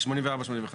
הצבעה לא אושר.